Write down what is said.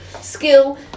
skill